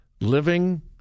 living